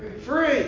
Free